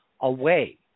away